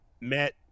Met